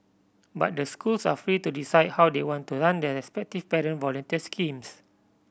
but the schools are free to decide how they want to run their respective parent volunteer schemes